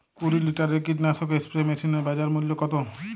কুরি লিটারের কীটনাশক স্প্রে মেশিনের বাজার মূল্য কতো?